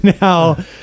Now